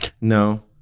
No